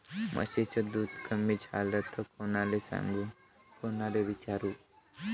म्हशीचं दूध कमी झालं त कोनाले सांगू कोनाले विचारू?